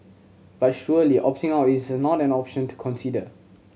but surely opting out is not an option to consider